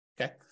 Okay